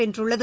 வென்றுள்ளது